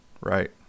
right